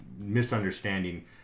misunderstanding